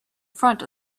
front